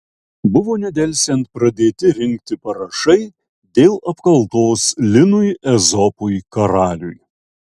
buvo nedelsiant pradėti rinkti parašai dėl apkaltos linui ezopui karaliui